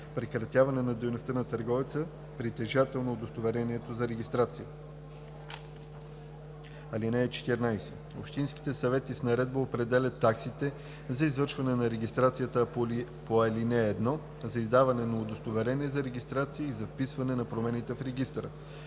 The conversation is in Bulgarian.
прекратяване на дейността на търговеца – притежател на удостоверението за регистрация. (14) Общинските съвети с наредба определят таксите за извършване на регистрацията по ал. 1, за издаване на удостоверение за регистрация и за вписване на промени в регистрацията.“